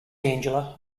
angela